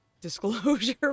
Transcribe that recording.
disclosure